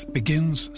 begins